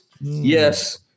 Yes